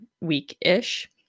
week-ish